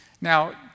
Now